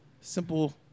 simple